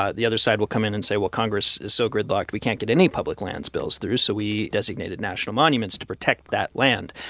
ah the other side will come in and say, well, congress is so gridlocked we can't get any public lands bills through, so we designated national monuments to protect that land.